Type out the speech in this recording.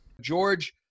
George